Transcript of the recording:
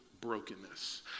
brokenness